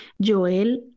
Joel